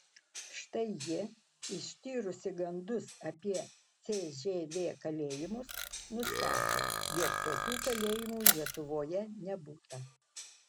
štai ji ištyrusi gandus apie cžv kalėjimus nustatė jog tokių kalėjimų lietuvoje nebūta